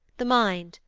the mind,